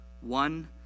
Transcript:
One